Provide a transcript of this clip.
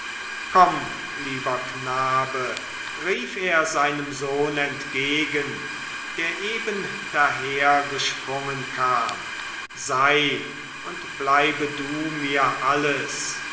komm lieber knabe rief er seinem sohn entgegen der eben dahergesprungen kam sei und bleibe du mir alles